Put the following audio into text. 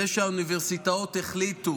זה שהאוניברסיטאות החליטו